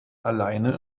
alleine